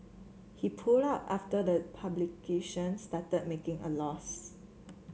he pulled out after the publication started making a loss